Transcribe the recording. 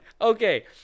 Okay